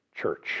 church